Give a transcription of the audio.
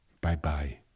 Bye-bye